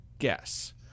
Guess